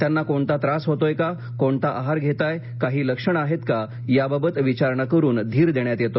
त्यांना कोणता त्रास होतोय का कोणता आहार घेताय काही लक्षणे आहेत का याबाबत विचारणा करून धीर देण्यात येतो